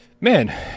Man